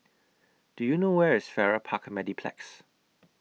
Do YOU know Where IS Farrer Park Mediplex